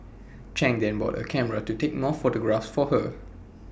chang then bought A camera to take more photographs for her